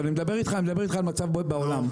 אני מדבר איתך על המצב בעולם.